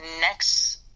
next